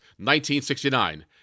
1969